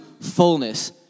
fullness